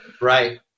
Right